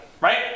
right